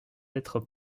être